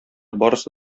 барысы